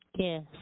Yes